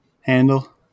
handle